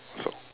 so